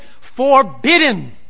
forbidden